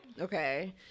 Okay